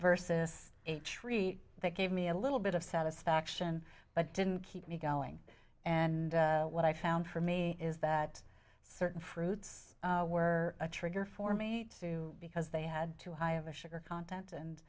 versus a treat that gave me a little bit of satisfaction but didn't keep me going and what i found for me is that certain fruits were a trigger for me too because they had too high of a sugar content and